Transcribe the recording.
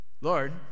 Lord